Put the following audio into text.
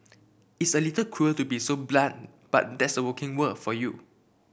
it's a little cruel to be so blunt but that's working world for you